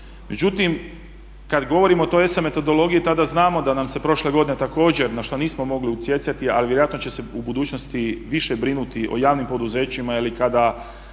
Međutim, kada govorimo o toj ESA metodologiji tada znamo da nam se prošle godine također na što nismo mogli utjecati, ali vjerojatno će se u budućnosti više brinuti o javnim poduzećima